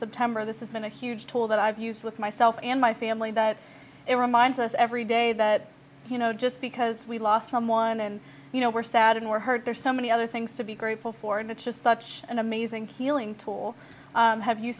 september this has been a huge tool that i've used with myself and my family that it reminds us every day that you know just because we lost someone and you know we're sad and we're hurt there's so many other things to be grateful for and it's just such an amazing feeling tool have you